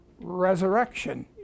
resurrection